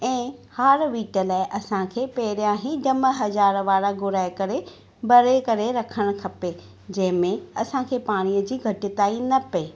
ऐं हार ॿिट लाइ ऐं असांखे पहिरियां ही जमा हज़ार वारा घुराए करे भरे करे रखणु खपे जंहिंमें असांखे पाणीअ जी घटिताई न पए